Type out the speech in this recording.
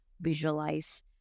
visualize